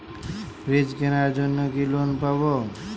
Fridge কেনার জন্য কি লোন পাব?